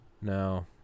No